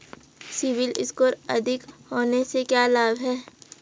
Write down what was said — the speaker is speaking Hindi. सीबिल स्कोर अधिक होने से क्या लाभ हैं?